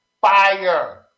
fire